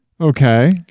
okay